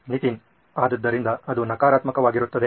ನಿತಿನ್ ಆದ್ದರಿಂದ ಅದು ನಕಾರಾತ್ಮಕವಾಗಿರುತ್ತದೆ